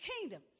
kingdom